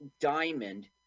diamond